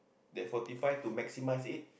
that forty five to maximize it